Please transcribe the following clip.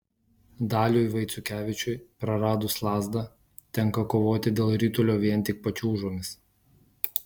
daliui vaiciukevičiui praradus lazdą tenka kovoti dėl ritulio vien tik pačiūžomis